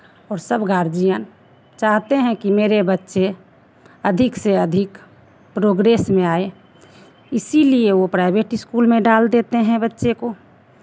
और सब गार्जियन चाहते हैं कि मेरे बच्चे अधिक से अधिक प्रोग्रेस में आए इसीलिए वो प्राइवेट स्कूल में डाल देते हैं बच्चे को